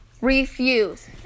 Refuse